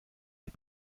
les